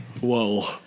Whoa